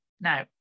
Now